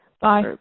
bye